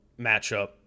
matchup